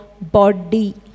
body